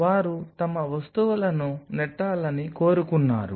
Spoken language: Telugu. వారు తమ వస్తువులను నెట్టాలని కోరుకున్నారు